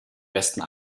besten